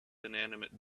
inanimate